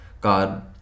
God